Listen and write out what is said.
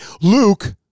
Luke